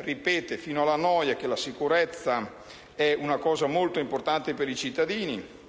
ripete fino alla noia che la sicurezza è una cosa molto importante per i cittadini,